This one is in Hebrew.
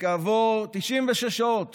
וכעבור 96 שעות